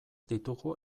ditugu